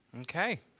Okay